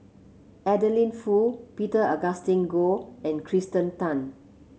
Adeline Foo Peter Augustine Goh and Kirsten Tan